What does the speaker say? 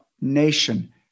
nation